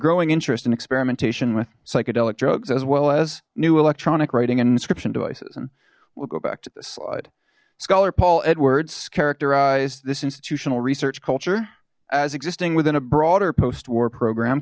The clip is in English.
growing interest in experimentation with psychedelic drugs as well as new electronic writing and inscription devices and we'll go back to this slide scholar paul edwards characterized this institutional research culture as existing within a broader post war program